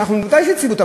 בוודאי שיציבות חשובה,